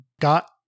got